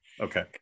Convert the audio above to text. Okay